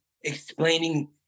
explaining